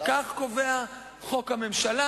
אתה התרוצצת מוועדה לוועדה,